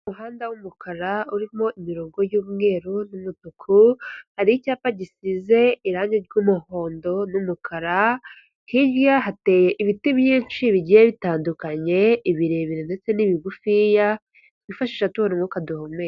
Umuhanda w'umukara urimo imirongo y'umweru n'umutuku, hari icyapa gisize irangi ry'umuhondo n'umukara, hirya hateye ibiti byinshi bigiye bitandukanye, ibirebire ndetse n'ibigufiya, twifashisha tubona umwuka duhume...